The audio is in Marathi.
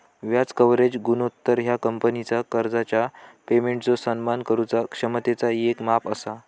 व्याज कव्हरेज गुणोत्तर ह्या कंपनीचा कर्जाच्या पेमेंटचो सन्मान करुचा क्षमतेचा येक माप असा